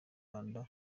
rwanda